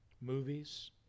Movies